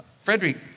Frederick